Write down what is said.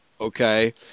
okay